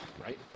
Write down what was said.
right